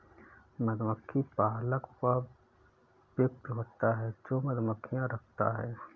मधुमक्खी पालक वह व्यक्ति होता है जो मधुमक्खियां रखता है